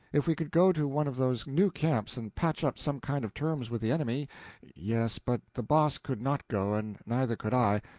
if we could go to one of those new camps and patch up some kind of terms with the enemy yes, but the boss could not go, and neither could i,